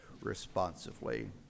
responsively